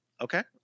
Okay